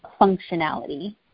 functionality